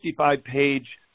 55-page